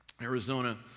Arizona